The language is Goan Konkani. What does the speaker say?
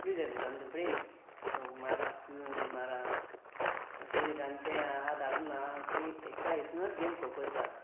तकली जाय पडटा न्हू ब्रेन मारप क्विन मारप अशें अशें जाणते आहात अजून आहात की एका हितुनच गेम सोंपयतात